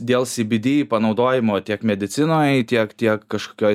dėl sybydy panaudojimo tiek medicinoj tiek tiek kažkokioj